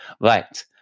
Right